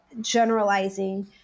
generalizing